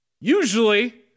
usually